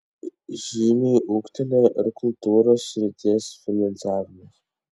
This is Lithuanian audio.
žymiai ūgtelėjo ir kultūros srities finansavimas